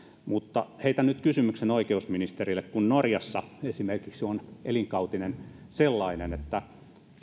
heitän nyt kysymyksen oikeusministerille esimerkiksi norjassa on elinkautinen sellainen että